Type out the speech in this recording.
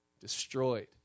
destroyed